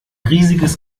riesiges